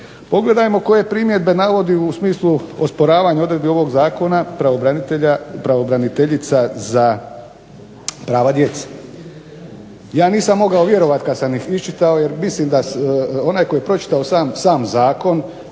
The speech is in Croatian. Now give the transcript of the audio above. Pogledajmo koje primjedbe navodi u smislu osporavanja odredbi ovog Zakona pravobraniteljica za prava djece. Ja nisam mogao vjerovati kada sam ih iščitao jer mislim da onaj tko je pročitao sam Zakon,